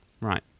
Right